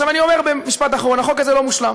עכשיו אני אומר במשפט אחרון: החוק הזה לא מושלם.